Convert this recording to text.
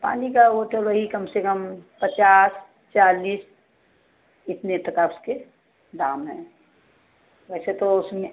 पानी का वह तो वही कम से कम पचास चालीस इतने तक आप उसके दाम हैं वैसे तो उसमें